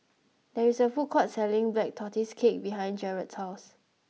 there is a food court selling Black Tortoise cake behind Garett's house